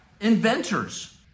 inventors